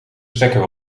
stekker